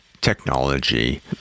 technology